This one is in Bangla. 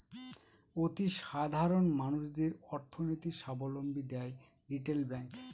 অতি সাধারণ মানুষদের অর্থনৈতিক সাবলম্বী দেয় রিটেল ব্যাঙ্ক